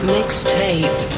Mixtape